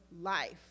life